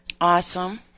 Awesome